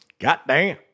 Goddamn